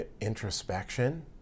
introspection